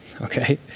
okay